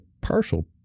partial